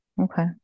Okay